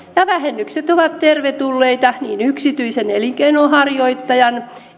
ja vähennykset ovat tervetulleita yksityisen elinkeinonharjoittajan